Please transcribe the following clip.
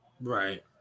Right